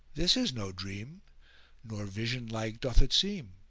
this is no dream nor vision like doth it seem!